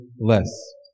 less